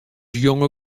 jonge